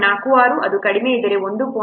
46 ಅದು ಕಡಿಮೆಯಿದ್ದರೆ 1